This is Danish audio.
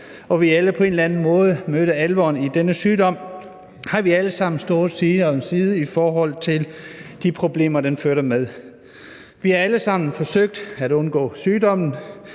og vi alle på en eller anden måde mødte alvoren i denne sygdom, har vi alle sammen stået side om side i forhold til de problemer, den har medført. Vi har alle sammen forsøgt at undgå sygdommen